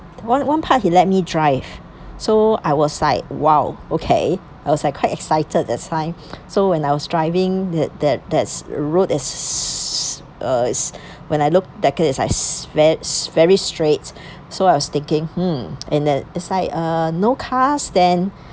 one one part he let me drive so I was like !wow! okay I was like quite excited that time so when I was driving that that that's route is uh when I looked that time is like s~ very straight so I was thinking hmm and then as like uh no cars then